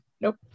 nope